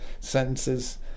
sentences